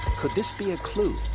could this be a clue?